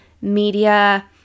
media